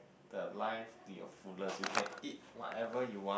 the life to your fullest you can eat whatever you want